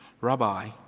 Rabbi